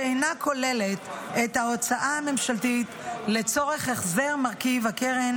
שאינה כוללת את ההוצאה הממשלתית לצורך החזר מרכיב הקרן